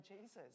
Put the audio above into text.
Jesus